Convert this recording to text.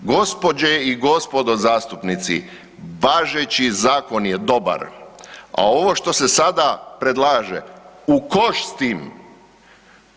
Gospođe i gospodo zastupnici, važeći zakon je dobar, a ovo što se sada predlaže, u koš s njim.